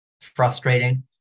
frustrating